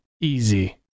easy